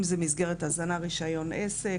אם זו מסגרת הזנה רישיון עסק,